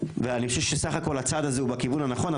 ואני חושב שסך הכל הצעד הזה הוא בכיוון הנכון,